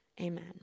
Amen